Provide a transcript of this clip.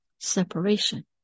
separation